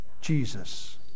Jesus